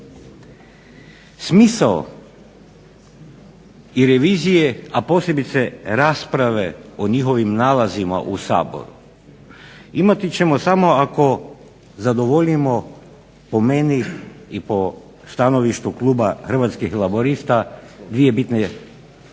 Smisao i revizije a posebice rasprave o njihovim nalazima u Saboru, imat ćemo samo ako zadovoljimo, po meni i po stanovištu Kluba Hrvatskih laburista dvije bitne